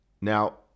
Now